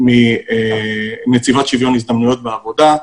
נציבת שוויון הזדמנויות בעבודה.